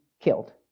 killed